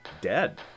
dead